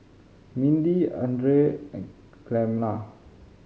Mindi Andrae and Clemma